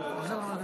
למה אתה לא יודע?